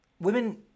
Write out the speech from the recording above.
women